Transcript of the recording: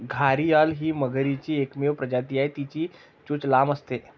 घारीअल ही मगरीची एकमेव प्रजाती आहे, तिची चोच लांब असते